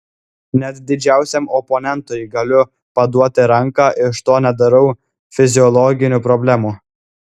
net didžiausiam oponentui galiu paduoti ranką iš to nedarau fiziologinių problemų